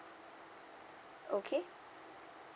okay